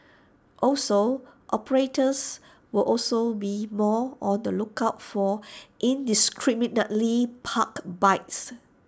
also operators will also be more on the lookout for indiscriminately parked bikes